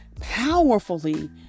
powerfully